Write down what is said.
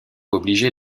obligé